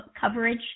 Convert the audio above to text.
coverage